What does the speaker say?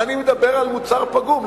אני מדבר על מוצר פגום.